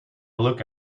look